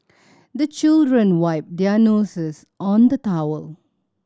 the children wipe their noses on the towel